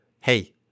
Hey